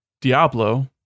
Diablo